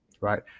right